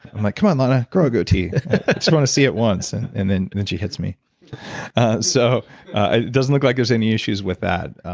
i'm like, um on lana, grow a goatee. just want to see it once. and then and then she hits me so ah doesn't look like there's any issues with that.